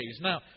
Now